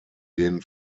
denen